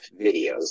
videos